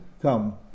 come